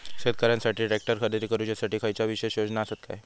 शेतकऱ्यांकसाठी ट्रॅक्टर खरेदी करुच्या साठी खयच्या विशेष योजना असात काय?